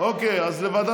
אוקיי.